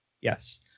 Yes